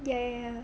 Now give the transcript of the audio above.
ya